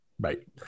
right